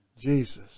Jesus